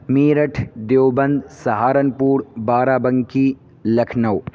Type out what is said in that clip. Meerut Deoband Saharanpur Barabanki Lucknow